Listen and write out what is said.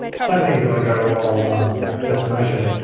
same thing is if i go roll destination,